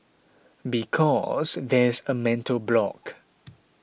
because there's a mental block